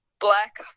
Black